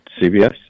CBS